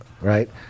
Right